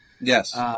Yes